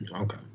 Okay